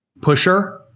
pusher